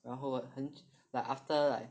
然后很 like after like